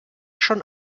schon